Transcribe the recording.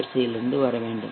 வரிசையிலிருந்து வர வேண்டும்